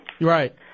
Right